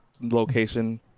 location